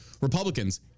Republicans